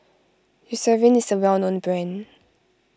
Eucerin is a well known brand